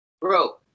Bro